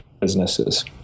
businesses